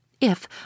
If